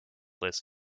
list